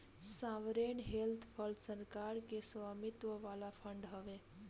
sovereign wealth fund सरकार के स्वामित्व वाला फंड हवे